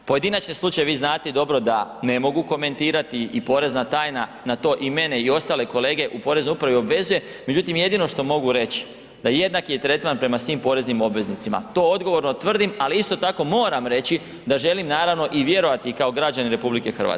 Pojedinačni slučajevi, vi znate dobro da ne mogu komentirati i porezna tajna na to i mene i ostale kolege u poreznoj upravi obvezuje, međutim jedino što mogu reći da jednaki je tretman prema svim poreznim obveznicima, to odgovorno tvrdim ali isto tako moram reći da želim naravno i vjerovati i kao građanin RH, hvala.